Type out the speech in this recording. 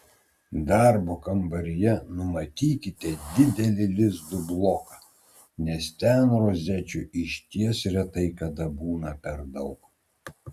darbo kambaryje numatykite didelį lizdų bloką nes ten rozečių išties retai kada būna per daug